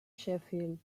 sheffield